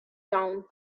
down